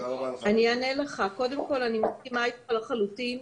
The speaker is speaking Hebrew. אני מסכימה איתך לחלוטין.